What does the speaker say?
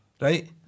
Right